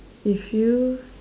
if you